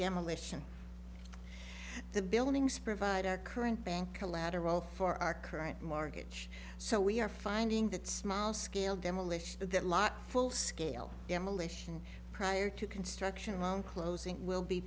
demolition the buildings provide our current bank collateral for our current mortgage so we are finding that small scale demolition of that lot full scale demolition prior to construction along closing will be